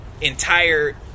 entire